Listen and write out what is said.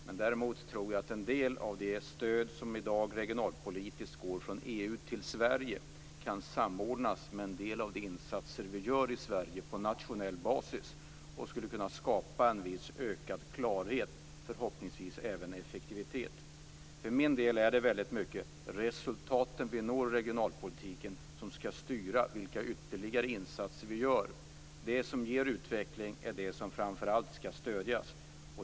Men däremot tror jag att en del av det regionalpolitiska stöd som i dag går från EU till Sverige kan samordnas med en del av de insatser vi gör i Sverige på nationell basis och skulle kunna skapa en viss ökad klarhet och förhoppningsvis även effektivitet. För min del tycker jag att det i väldigt stor utsträckning är de resultat vi når i regionalpolitiken som skall styra vilka ytterligare insatser vi gör. Det som ger utveckling är det som framför allt skall stödjas.